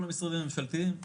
כל המשרדים הממשלתיים,